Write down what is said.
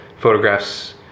photographs